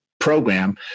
program